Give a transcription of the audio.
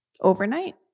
overnight